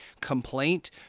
complaint